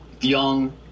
young